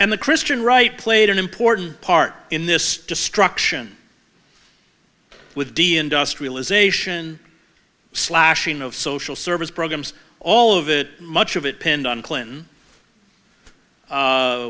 and the christian right played an important part in this destruction with d industrialization slashing of social service programs all of it much of it pinned on clinton